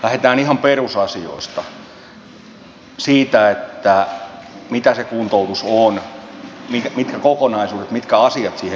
lähdetään ihan perusasioista siitä mitä se kuntoutus on mitkä kokonaisuudet mitkä asiat siihen liittyvät